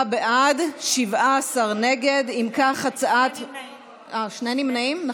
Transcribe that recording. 49 בעד, 17 נגד, שני נמנעים.